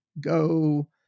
go